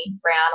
brown